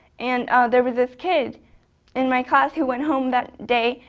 and there was this kid in my class who went home that day,